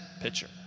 pitcher